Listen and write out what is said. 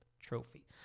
trophy